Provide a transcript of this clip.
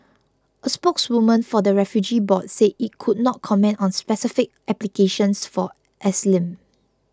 a spokeswoman for the refugee board said it could not comment on specific applications for asylum